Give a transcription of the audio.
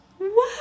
Wow